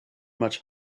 much